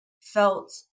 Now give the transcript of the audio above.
felt